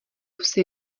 vsi